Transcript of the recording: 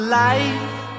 life